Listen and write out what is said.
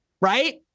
right